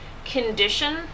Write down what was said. condition